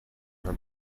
her